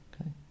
Okay